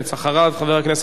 אחריו, חבר הכנסת בן-ארי.